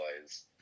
boys